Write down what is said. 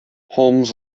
holmes